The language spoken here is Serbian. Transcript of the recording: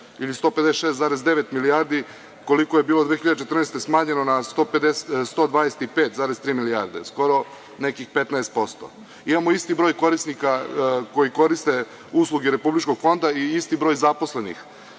ili 156,9 milijardi koliko je bilo 2014. godine, smanjeno na 125,3 milijarde, skoro nekih 15%.Imamo isti broj korisnika koji koriste usluge Republičkog fonda i isti broj zaposlenih